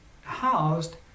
housed